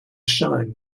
shine